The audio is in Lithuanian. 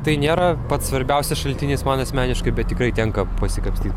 tai nėra pats svarbiausias šaltinis man asmeniškai bet tikrai tenka pasikapstyt